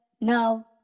No